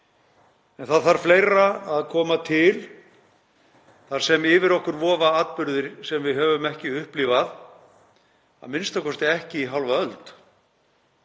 En það þarf fleira að koma til þar sem yfir okkur vofa atburðir sem við höfum ekki upplifað, a.m.k. ekki í hálfa öld.